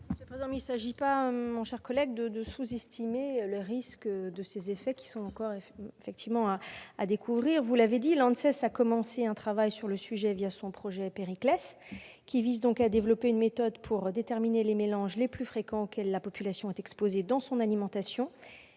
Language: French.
Il ne s'agit pas, mon cher collègue, de sous-estimer le risque de ces effets, qui sont encore à découvrir. Vous l'avez dit, l'ANSES a commencé un travail sur le sujet, son projet Périclès, qui vise à développer une méthode pour déterminer les mélanges les plus fréquents auxquels la population est exposée dans son alimentation